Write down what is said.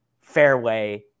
fairway